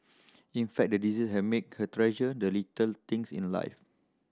in fact the disease have make her treasure the little things in life